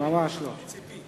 ממש לא.